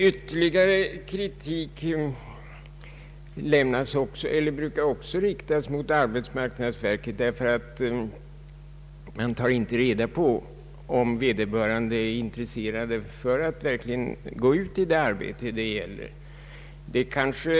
Ytterligare kritik brukar också riktas mot arbetsmarknadsverket för att man inte tar reda på om vederbörande verkligen är intresserad av att ta det arbete som utbildningen är avsedd för.